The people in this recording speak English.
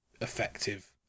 effective